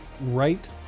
right